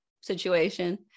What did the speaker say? situation